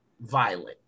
violent